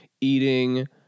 eating